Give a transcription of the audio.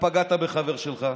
פגעת בחבר שלך,